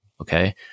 Okay